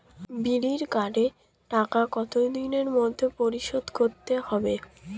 বিড়ির কার্ডের টাকা কত দিনের মধ্যে পরিশোধ করতে হবে?